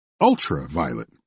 Ultraviolet